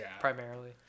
primarily